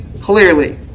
clearly